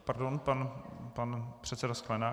Pardon, pan předseda Sklenák.